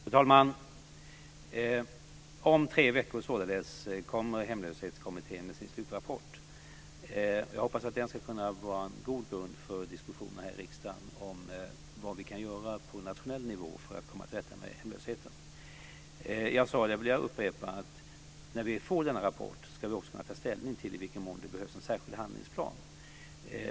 Fru talman! Om tre veckor kommer således Hemlöshetskommittén med sin slutrapport. Jag hoppas att den ska kunna vara en god grund för diskussioner här i riksdagen om vad vi kan göra på nationell nivå för att komma till rätta med hemlösheten. Jag vill upprepa vad jag sade om att vi när vi får denna rapport också ska kunna ta ställning till i vilken mån det behövs en särskild handlingsplan.